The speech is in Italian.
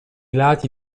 lati